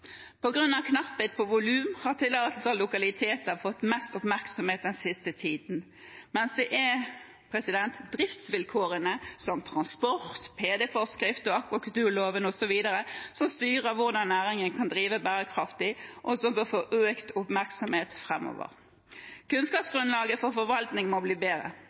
knapphet på volum har tillatelser og lokaliteter fått mest oppmerksomhet den siste tiden, mens det er driftsvilkårene, som transport, PD-forskrift, akvakulturloven osv. som styrer hvordan næringen kan drive bærekraftig, som bør få økt oppmerksomhet framover. Kunnskapsgrunnlaget for forvaltningen må bli bedre.